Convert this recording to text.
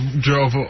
drove